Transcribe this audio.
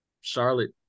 charlotte